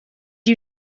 you